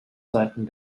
seiten